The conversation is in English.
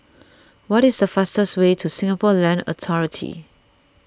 what is the fastest way to Singapore Land Authority